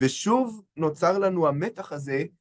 ושוב נוצר לנו המתח הזה.